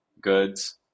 goods